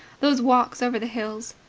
those walks over the hills.